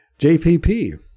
JPP